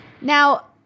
Now